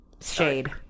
shade